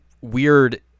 weird